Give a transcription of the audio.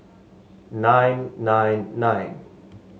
nine nine nine